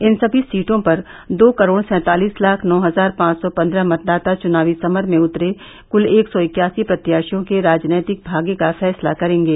इन सभी सीटों पर दो करोड़ सैंतालीस लाख नौ हज़ार पांच सौ पन्द्रह मतदाता चुनावी समर में उतरे कुल एक सौ इक्यासी प्रत्याषियों के राजनैतिक भाग्य का फैसला करेंगे